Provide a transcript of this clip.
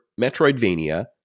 Metroidvania